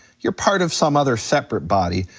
you're part of some other, separate body.